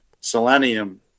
selenium